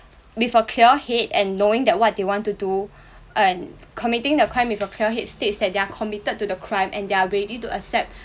with a clear head and knowing that what they want to do and committing the crime with a clear head states that they're committed to the crime and they're ready to accept